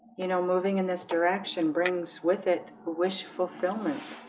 you know moving in this direction brings with it wish fulfillment